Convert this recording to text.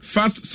Fast